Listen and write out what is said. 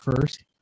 first